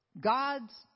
God's